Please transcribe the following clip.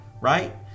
Right